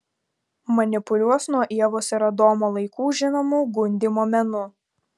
manipuliuos nuo ievos ir adomo laikų žinomu gundymo menu